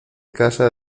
casa